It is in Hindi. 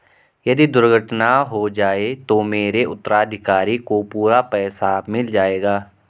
यदि दुर्घटना हो जाये तो मेरे उत्तराधिकारी को पूरा पैसा मिल जाएगा?